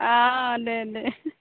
অঁ দে দে